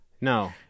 No